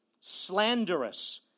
slanderous